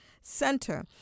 Center